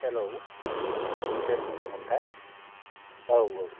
hello sir बुंदोंमोनथाय औ औ